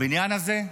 הבניין הזה,